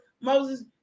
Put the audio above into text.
Moses